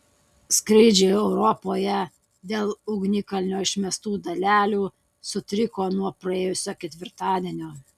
skrydžiai europoje dėl ugnikalnio išmestų dalelių sutriko nuo praėjusio ketvirtadienio